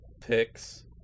picks